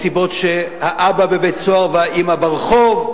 מסיבות שהאבא בבית-סוהר והאמא ברחוב,